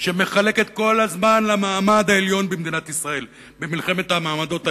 שמחלקת כל הזמן למעמד העליון במדינת ישראל במלחמת המעמדות האלה.